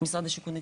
אתייחס.